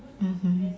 mmhmm